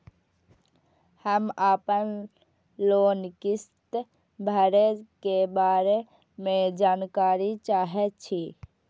हम आपन लोन किस्त भरै के बारे में जानकारी चाहै छी?